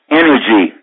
energy